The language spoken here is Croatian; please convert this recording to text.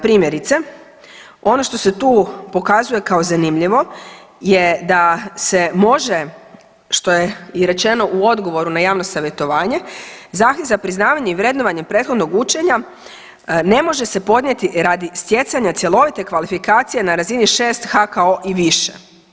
Primjerice, ono što se tu pokazuje kao zanimljivo je da se može što je i rečeno u odgovoru na javno savjetovanje zahtjev za priznavanje i vrednovanje prethodnog učenja ne može se podnijeti radi stjecanja cjelovite kvalifikacije na razini 6 HKO i više.